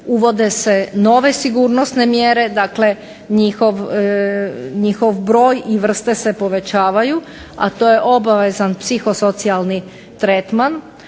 uvode se nove sigurnosne mjere dakle njihov broj i vrste se povećavaju. A to je obvezan psihosocijalni tretman,